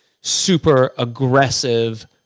super-aggressive